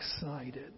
excited